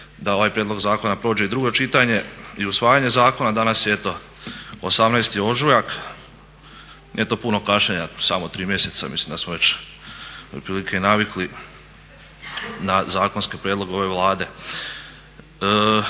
da ovaj prijedlog zakona prođe i drugo čitanje i usvajanje zakona, danas je eto 18.03., nije to puno kašnjenja samo 3 mjeseca, mislim da smo već otprilike i navikli na zakonske prijedloge ove Vlade.